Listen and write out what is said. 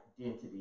identity